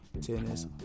tennis